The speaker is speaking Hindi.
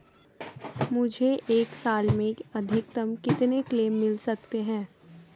मुझे एक साल में अधिकतम कितने क्लेम मिल सकते हैं?